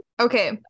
okay